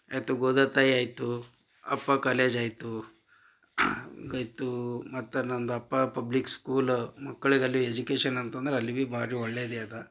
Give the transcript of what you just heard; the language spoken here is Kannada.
ಎತ್ತ ಗೋದತಾಯಿ ಆಯಿತು ಅಪ್ಪ ಕಾಲೇಜ್ ಆಯಿತು ಆಯಿತು ಮತ್ತು ನಂದು ಅಪ್ಪ ಪಬ್ಲಿಕ್ ಸ್ಕೂಲ್ ಮಕ್ಕಳ ಎಜುಕೇಶನ್ ಅಂತಂದ್ರೆ ಅಲ್ಲಿ ಬಿ ಭಾರಿ ಒಳ್ಳೆಯದೆ ಅದ